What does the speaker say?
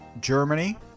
Germany